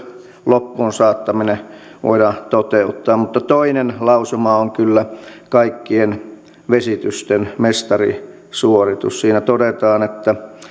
loppuun saattaminen voidaan toteuttaa toinen lausuma on kyllä kaikkien vesitysten mestarisuoritus siinä todetaan